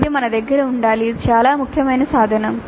ఇది మన దగ్గర ఉండాలి చాలా ముఖ్యమైన సాధనం